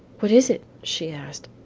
what is it she asked.